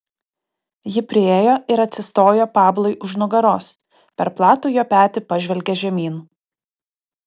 ji priėjo ir atsistojo pablui už nugaros per platų jo petį pažvelgė žemyn